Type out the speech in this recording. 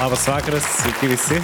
labas vakaras sveiki visi